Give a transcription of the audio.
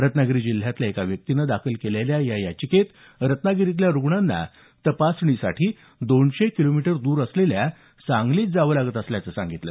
रत्नागिरी जिल्ह्यातल्या एका व्यक्तीने दाखल केलेल्या या याचिकेत रत्नागिरीतल्या रुग्णांना तपासणीसाठी दोनशे किलोमीटर दूर असलेल्या सांगलीत जावं लागत असल्याचं सांगितलं